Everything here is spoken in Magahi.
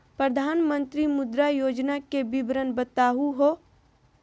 प्रधानमंत्री मुद्रा योजना के विवरण बताहु हो?